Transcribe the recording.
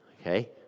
okay